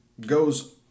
goes